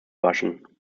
waschen